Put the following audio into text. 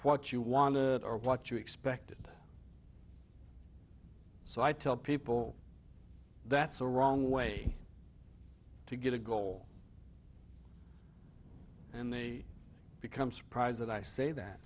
what you want to or what you expected so i tell people that's the wrong way to get a goal and they become surprised that i say that